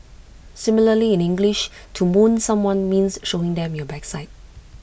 similarly in English to 'moon' someone means showing them your backside